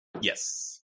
yes